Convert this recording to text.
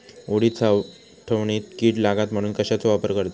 उडीद साठवणीत कीड लागात म्हणून कश्याचो वापर करतत?